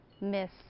Miss